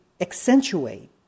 accentuate